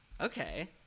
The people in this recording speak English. Okay